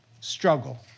struggle